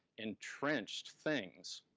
entrenched things,